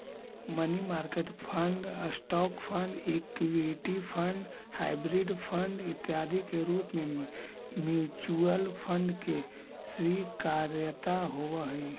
money market fund, stock fund, equity fund, hybrid fund इत्यादि के रूप में म्यूचुअल फंड के स्वीकार्यता होवऽ हई